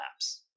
apps